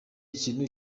ikintu